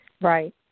Right